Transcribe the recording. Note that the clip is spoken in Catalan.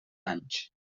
anys